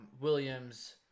Williams